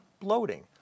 bloating